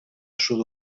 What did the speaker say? sud